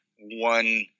one